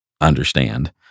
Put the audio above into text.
understand